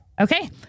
Okay